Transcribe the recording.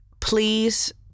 please